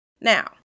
Now